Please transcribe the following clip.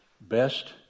Best